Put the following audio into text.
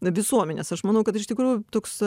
visuomenes aš manau kad iš tikrųjų toks